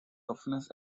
toughness